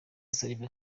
salva